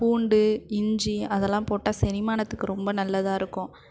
பூண்டு இஞ்சி அதெல்லாம் போட்டால் செரிமானத்துக்கு ரொம்ப நல்லதாக இருக்கும்